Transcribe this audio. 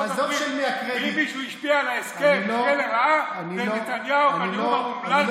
אם מישהו השפיע על ההסכם לרעה זה נתניהו בנאום האומלל שלו בקונגרס,